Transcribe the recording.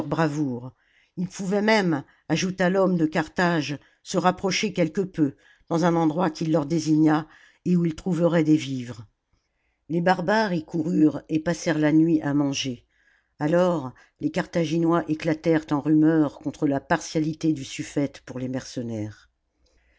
bravoure ils pouvaient même ajouta l'homme de carthage se rapprocher quelque peu dans un endroit qu'il leur désiorna et oia ils trouveraient des vivres les barbares y coururent et passèrent la nuit à manger alors les carthaginois éclatèrent en rumeurs contre la partialité du sufïète pour les mercenaires